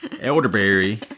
elderberry